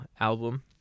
album